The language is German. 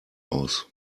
aus